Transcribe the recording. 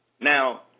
Now